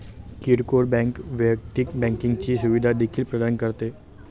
किरकोळ बँक वैयक्तिक बँकिंगची सुविधा देखील प्रदान करते